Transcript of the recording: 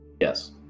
Yes